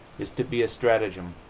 is to be a strategem.